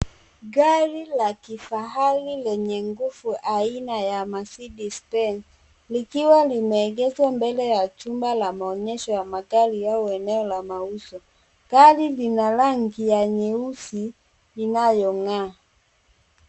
Gari la kifahari lenye nguvu aina ya Mercedes Benz likiwa limeegezwa mbele ya chumba la maonyesho ya magari au eneo la mauzo. Gari lina rangi ya nyeusi inayong'aa.